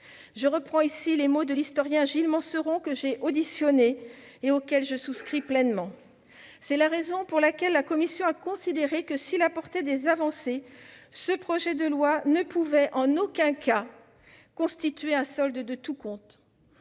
»: tels sont les mots de l'historien Gilles Manceron, que j'ai auditionné ; je souscris pleinement à ces propos. C'est la raison pour laquelle la commission a considéré que, s'il contenait des avancées, ce projet de loi ne pouvait en aucun cas constituer un « solde de tout compte